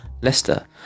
Leicester